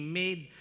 made